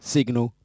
Signal